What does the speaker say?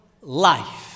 life